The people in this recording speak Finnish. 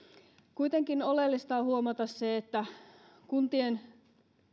kuitenkin oleellista on huomata se että kuntien